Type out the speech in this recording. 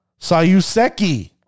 Sayuseki